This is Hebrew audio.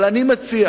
אבל אני מציע